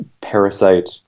Parasite –